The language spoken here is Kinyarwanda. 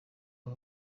aba